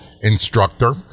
instructor